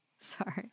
Sorry